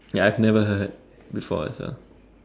ya I've never heard before also